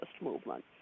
movement